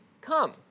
come